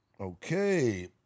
Okay